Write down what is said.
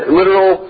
literal